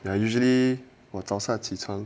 they are usually 我早上起床